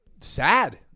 sad